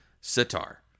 sitar